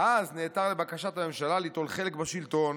ואז נעתר לבקשת הממשלה ליטול חלק בשלטון.